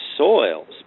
soils